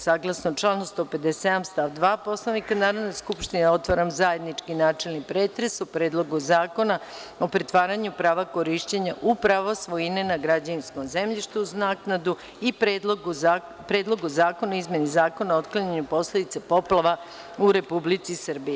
Saglasno članu 157. stav 2. Poslovnika Narodne skupštine otvaram zajednički načelni pretres o Predlogu zakona o pretvaranju prava korišćenja u pravo svojine na građevinskom zemljištu uz naknadu i Predlogu zakona o izmeni Zakona o otklanjanju posledica poplava u Republici Srbiji.